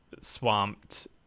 swamped